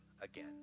again